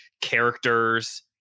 characters